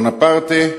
בונפרטה,